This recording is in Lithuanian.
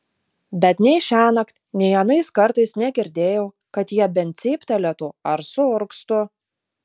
bet nei šiąnakt nei anais kartais negirdėjau kad jie bent cyptelėtų ar suurgztų